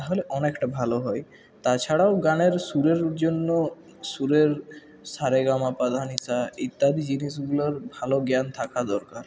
তাহলে অনেকটা ভালো হয় তাছাড়াও গানের সুরের জন্য সুরের সারেগামাপাধানিসা ইত্যাদি জিনিসগুলোর ভালো জ্ঞান থাকা দরকার